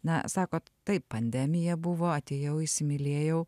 na sakot taip pandemija buvo atėjau įsimylėjau